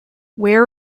where